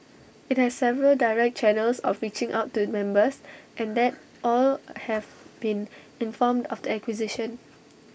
IT has several direct channels of reaching out to members and that all have been informed of the acquisition